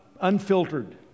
unfiltered